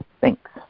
Thanks